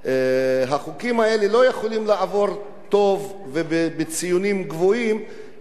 הסטודנטים האלה לא יכולים לעבור טוב ובציונים גבוהים את המכשולים האלה.